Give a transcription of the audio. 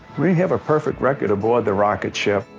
we have a perfect record aboard the rocketship.